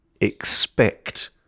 Expect